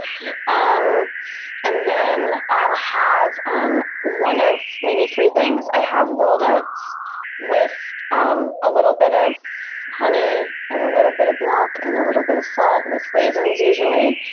yeah. um and then i'll have um one of maybe three things. i have rolled oats with um a little bit of honey and a little bit of milk and a little bit of salt with raisins usually.